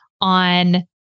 on